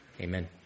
Amen